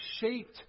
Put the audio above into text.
shaped